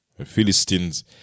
Philistines